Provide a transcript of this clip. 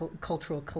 cultural